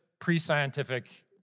pre-scientific